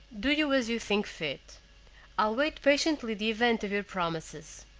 do you as you think fit i'll wait patiently the event of your promises,